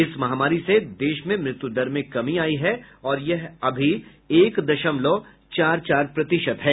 इस महामारी से देश में मृत्यु दर में कमी आई है और यह अभी एक दशमलव चार चार प्रतिशत है